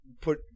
put